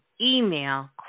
email